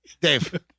Dave